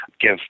give